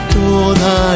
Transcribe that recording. toda